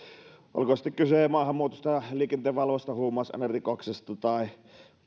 olkoon sitten kyse maahanmuutosta liikenteen valvonnasta huumausainerikoksista tai